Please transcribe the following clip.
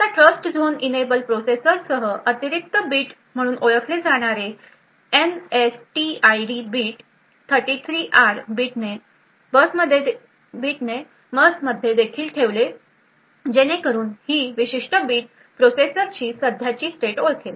आता TrustZone enable प्रोसेसरसह अतिरिक्त बिट म्हणून ओळखले जाणारे एनएसटीआयडी बिट 33आर बिट ने बसमध्ये देखील ठेवले जेणेकरुन हे विशिष्ट बिट प्रोसेसरची सध्याची स्टेट ओळखेल